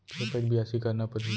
के पइत बियासी करना परहि?